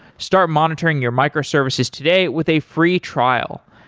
start monitoring your microservices today with a free trial,